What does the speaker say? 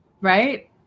Right